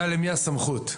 אני יודע למי הסמכות.